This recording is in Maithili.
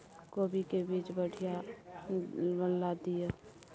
कोबी के बीज बढ़ीया वाला दिय?